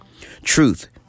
Truth